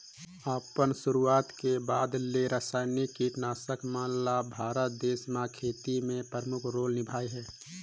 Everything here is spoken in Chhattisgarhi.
अपन शुरुआत के बाद ले रसायनिक कीटनाशक मन ल भारत देश म खेती में प्रमुख रोल निभाए हे